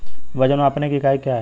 वजन मापने की इकाई क्या है?